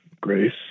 grace